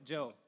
Joe